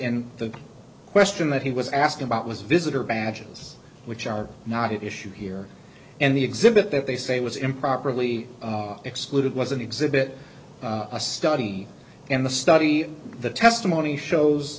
and the question that he was asked about was visitor badges which are not at issue here and the exhibit that they say was improperly excluded was an exhibit a study and the study of the testimony shows